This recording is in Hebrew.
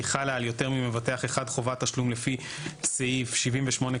כי חלה על יותר ממבטח אחד חובת תשלום לפי סעיף 78כד(1),